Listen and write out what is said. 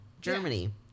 Germany